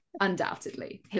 undoubtedly